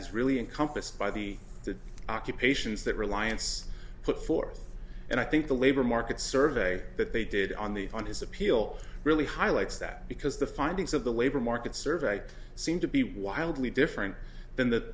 is really encompassed by the the occupations that reliance put forth and i think the labor market survey that they did on the on his appeal really highlights that because the findings of the labor market survey seem to be wildly different than the